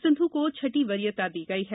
सिंधू को छठी वरीयता दी गयी है